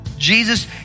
Jesus